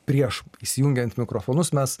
prieš įsijungiant mikrofonus mes